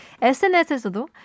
SNS에서도